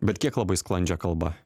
bet kiek labai sklandžia kalba